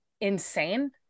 insane